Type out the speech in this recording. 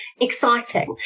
exciting